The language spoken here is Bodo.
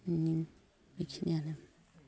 बेनो बेखिनियानो